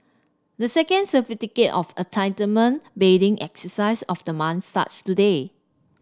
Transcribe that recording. the second of Entitlement bidding exercise of the month starts today